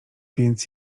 więc